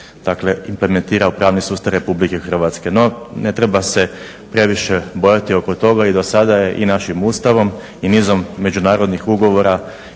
dakle implementira u pravni sustav RH. No, ne treba se previše bojati oko toga i dosada je i našim Ustavom i nizom međunarodnih ugovora